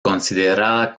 considerada